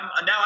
Now